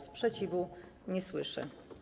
Sprzeciwu nie słyszę.